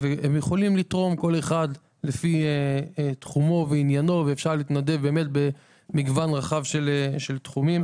כל אחד יכול לתרום לפי תחומו ועניינו ויש באמת מגוון רחב של תחומים.